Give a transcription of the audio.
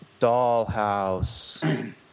Dollhouse